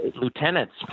lieutenants